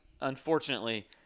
unfortunately –